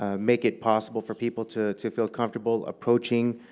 ah make it possible for people to to feel comfortable approaching,